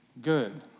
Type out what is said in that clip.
good